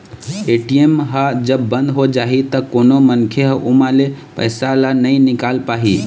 ATM ह जब बंद हो जाही त कोनो मनखे ह ओमा ले पइसा ल नइ निकाल पाही